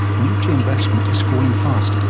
nuclear investment is falling fast,